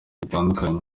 bitandukanye